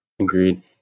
Agreed